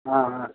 ஆ ஆ